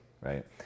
Right